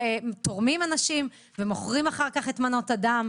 אנשים תורמים ומוכרים אחר כך את מנות הדם.